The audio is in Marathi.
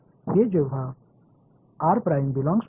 हे तेव्हा आहे